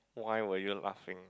why were you laughing